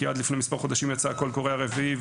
כי לפני מספר חודשים יצא הקול קורא הרביעי.